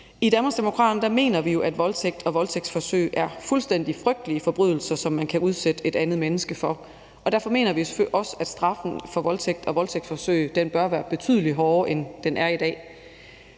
I Danmarksdemokraterne mener vi jo, at voldtægt og voldtægtsforsøg er fuldstændig frygtelige forbrydelser, som man kan udsætte et andet menneske for, og derfor mener vi jo selvfølgelig også, at straffen for voldtægt og voldtægtsforsøg bør være betydelig hårdere, end den er i dag.